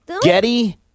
Getty